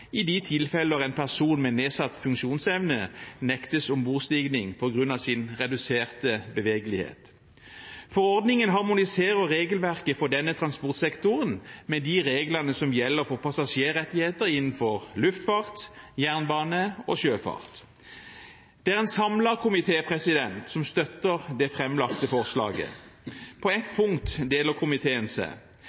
i de tilfeller en person med nedsatt funksjonsevne nektes ombordstigning på grunn av sin reduserte bevegelighet. Forordningen harmoniserer regelverket for denne transportsektoren med de reglene som gjelder for passasjerrettigheter innenfor luftfart, jernbane og sjøfart. Det er en samlet komité som støtter det framlagte forslaget. På ett punkt deler komiteen seg.